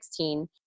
2016